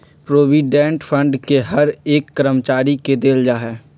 provident fund के हर एक कर्मचारी के देल जा हई